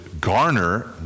garner